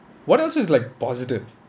what else is like positive